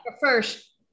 first